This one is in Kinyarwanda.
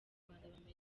abanyarwanda